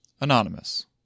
Anonymous